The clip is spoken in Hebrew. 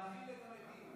להכיל את המתים,